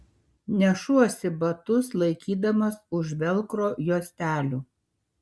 nešuosi batus laikydamas už velkro juostelių